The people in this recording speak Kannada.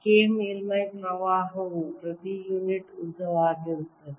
K ಮೇಲ್ಮೈ ಪ್ರವಾಹವು ಪ್ರತಿ ಯುನಿಟ್ ಉದ್ದವಾಗಿರುತ್ತದೆ